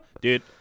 dude